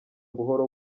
buhoro